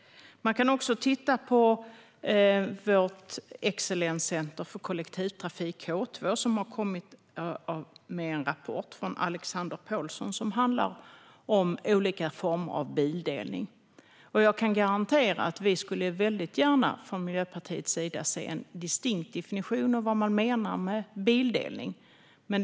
Man kan också titta på vårt excellenscentrum för kollektivtrafik, K2, som har kommit med en rapport, författad av Alexander Paulsson, som handlar om olika former av bildelning. Från Miljöpartiets sida skulle vi gärna vilja se en distinkt definition av "bildelning".